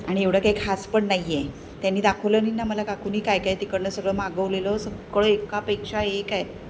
आणि एवढं काही खास पण नाही आहे त्यांनी दाखवलं नाही ना मला काकूने काय काय तिकडून सगळं मागवलेलं सगळं एकापेक्षा एक आहेत